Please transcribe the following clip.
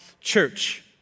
Church